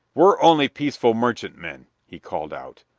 we're only peaceful merchantmen! he called out.